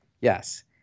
Yes